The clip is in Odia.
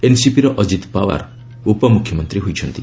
ଏନ୍ସିପିର ଅଜିତ ପାୱାର ଉପମୁଖ୍ୟମନ୍ତ୍ରୀ ହୋଇଛନ୍ତି